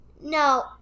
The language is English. No